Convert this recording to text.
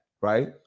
right